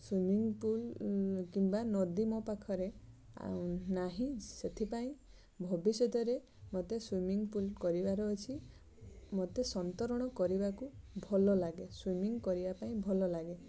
swimming pool କିମ୍ବା ନଦୀ ମୋ ପାଖରେ ଆଉ ନାହିଁ ସେଥିପାଇଁ ଭବିଷ୍ୟତରେ ମୋତେ ସୁଇମିଂ ପୁଲ୍ କରିବାର ଅଛି ମୋତେ ସନ୍ତରଣ କରିବାକୁ ଭଲ ଲାଗେ ସ୍ୱିମିଙ୍ଗ୍ କରିବା ପାଇଁ ଭଲ ଲାଗେ